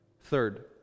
Third